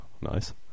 Nice